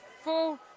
full